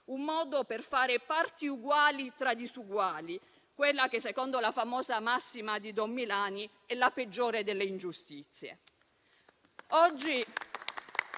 un modo per fare parti uguali tra diseguali, quella che, secondo la famosa massima di don Milani, è la peggiore delle ingiustizie.